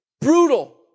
brutal